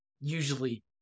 usually